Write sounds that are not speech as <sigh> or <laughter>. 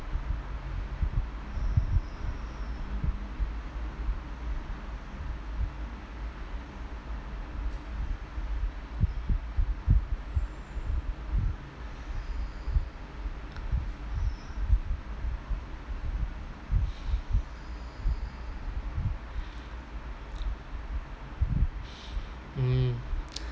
<noise> mm <noise>